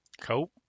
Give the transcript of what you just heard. Cool